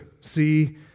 see